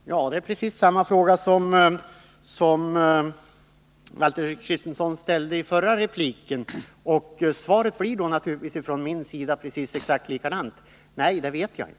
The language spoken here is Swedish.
Herr talman! Det är precis samma fråga som Valter Kristenson ställde i förra repliken. Svaret från mig blir då naturligtvis exakt detsamma: Nej, det vet jag inte.